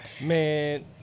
Man